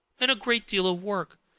and a great deal of work,